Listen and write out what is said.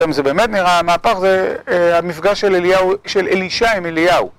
זה באמת נראה, המהפך זה המפגש של אלישי עם אליהו